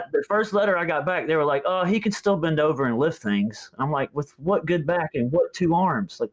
the first letter i got back they were like, oh he can still bend over and lift things. i'm like, with what good back and what two arms? like